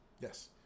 yes